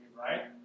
right